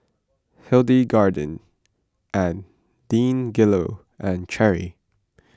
Hildegarde and Deangelo and Cherry